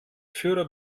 führer